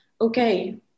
okay